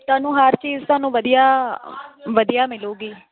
ਤੁਹਾਨੂੰ ਹਰ ਚੀਜ਼ ਤੁਹਾਨੂੰ ਵਧੀਆ ਵਧੀਆ ਮਿਲੇਗੀ